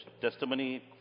testimony